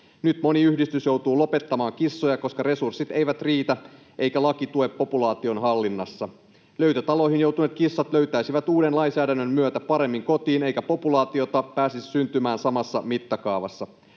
Nyt moni yhdistys joutuu lopettamaan kissoja, koska resurssit eivät riitä eikä laki tue populaation hallinnassa. Löytötaloihin joutuneet kissat löytäisivät uuden lainsäädännön myötä paremmin kotiin, eikä populaatiota pääsisi syntymään samassa mittakaavassa.